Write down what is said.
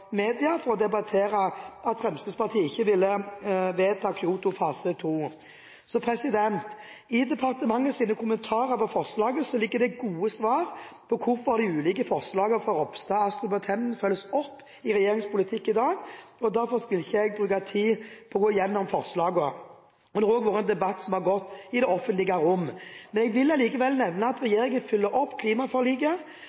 media for å debattere at Fremskrittspartiet ikke ville vedta Kyoto fase 2. I departementets kommentarer til forslaget ligger det gode svar på hvorfor de ulike forslagene fra Ropstad, Astrup og Tenden følges opp i regjeringens politikk i dag, og derfor vil ikke jeg bruke tid på å gjennomgå forslagene. Dette har også vært en debatt som har pågått i det offentlige rom. Jeg vil allikevel nevne at